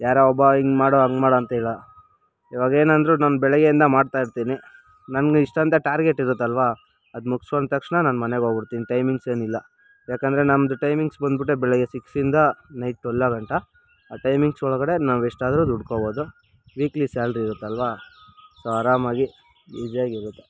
ಯಾರೋ ಒಬ್ಬ ಹಿಂಗ್ ಮಾಡು ಹಂಗ್ ಮಾಡು ಅಂತಿಲ್ಲ ಇವಾಗ ಏನಂದರೂ ನಾನು ಬೆಳಗ್ಗೆಯಿಂದ ಮಾಡ್ತಾ ಇರ್ತೀನಿ ನಮ್ಗೆ ಇಷ್ಟು ಅಂತ ಟಾರ್ಗೆಟ್ ಇರುತ್ತಲ್ವಾ ಅದು ಮುಗ್ಸ್ಕೊಂಡು ತಕ್ಷಣ ನಾನು ಮನೆಗೆ ಹೋಗ್ಬಿಡ್ತೀನಿ ಟೈಮಿಂಗ್ಸ್ ಏನಿಲ್ಲ ಯಾಕಂದರೆ ನಮ್ಮದು ಟೈಮಿಂಗ್ಸ್ ಬಂದ್ಬಿಟ್ಟೇ ಬೆಳಗ್ಗೆ ಸಿಕ್ಸಿಂದ ನೈಟ್ ಟ್ವೆಲ್ಲಾಗಂಟ ಆ ಟೈಮಿಂಗ್ಸ್ ಒಳಗಡೆ ನಾವು ಎಷ್ಟಾದ್ರೂ ದುಡ್ಕೊಬೋದು ವೀಕ್ಲಿ ಸ್ಯಾಲ್ರಿ ಇರುತ್ತಲ್ವಾ ಸೊ ಆರಾಮಾಗಿ ಈಸೀಯಾಗಿರುತ್ತೆ